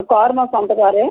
car మా సొంత కారే